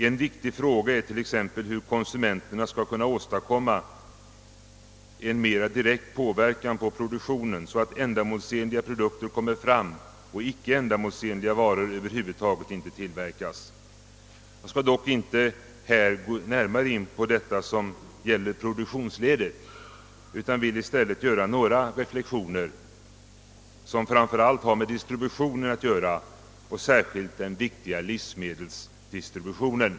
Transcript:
En viktig fråga är t.ex. hur konsumenterna skall kunna åstadkomma en mer direkt påverkan på produktionen så att ändamålsenliga produkter kommer fram och icke ändamålsenliga varor över huvud taget inte tillverkas. Jag skall dock inte gå närmare in på det som gäller produktionsledet utan vill i stället göra några reflexioner som framför allt har med distributionen att göra, särskilt den viktiga livsmedelsdistributionen.